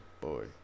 boy